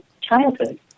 childhood